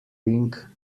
ring